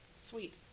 Sweet